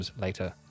later